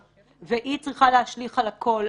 והיא צריכה להשליך על הכול,